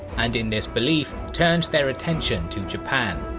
and in this belief turned their attention to japan.